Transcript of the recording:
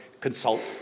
consult